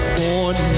born